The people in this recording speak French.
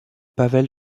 pavel